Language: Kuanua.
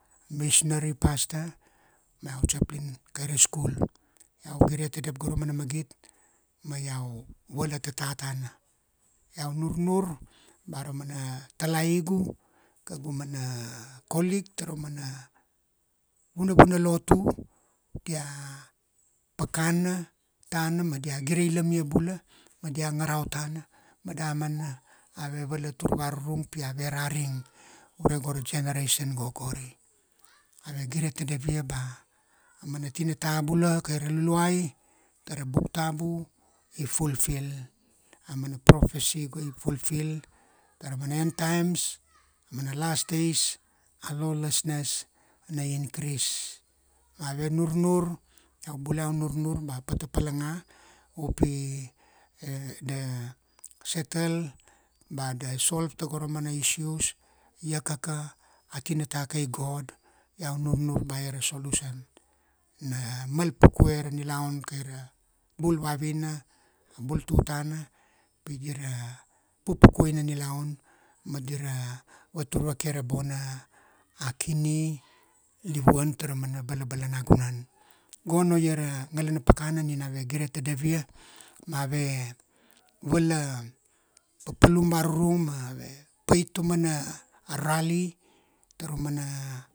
missionary, pastor ma iau chaplain kai ra school. Iau gire tadav go ra mana magit ma iau vala tata tana, iau nurnur ba ra mana talaigu, kaugu mana colleague ta ra mana vuna vuna lotu, dia pakana tana ma dia gire ilamia bula, ma dia ngarau tana ma damana ave la lotu varurung pi ave araring, ure go ra generation go gori. Ave gire tadav ia ba a mana tinata bula kai ra Luluai, ta ra buk tabu i fulfill, a mana prophecy go i fullfil ta ra mana end times mana last days, a lawlessness na increase. Ave nunur, iau bula iau nunur ba pata palanga u pi da settle ba da solve ta go ra mana issues, iakaka a tinata kai God iau nurnur ba ia ra solution, na mal pukue ra nilaun kai ra bul vavina, bul tutana, pi dira pupukuai na nilaun ma dira vatur vake ra bona, a kini livuan ta ra mana bala bala nagunan. Gono ia ra ngala na pakana nina ave gire tadav ia ma ave vala papalum varurung, ma ave pait ta mana rally ta ra mana